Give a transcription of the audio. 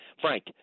Frank